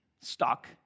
stock